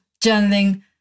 journaling